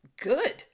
good